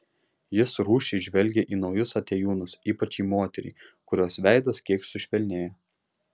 jis rūsčiai žvelgia į naujus atėjūnus ypač į moterį kurios veidas kiek sušvelnėja